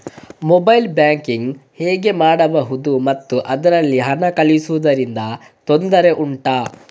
mobile banking ಹೇಗೆ ಮಾಡುವುದು ಮತ್ತು ಅದರಲ್ಲಿ ಹಣ ಕಳುಹಿಸೂದರಿಂದ ತೊಂದರೆ ಉಂಟಾ